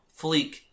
fleek